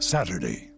Saturday